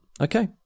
okay